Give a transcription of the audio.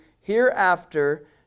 Hereafter